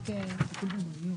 כלומר היו בתוך התהליך ויצאו ממנו.